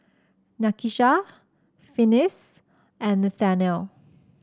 Nakisha Finis and Nathanial